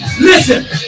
Listen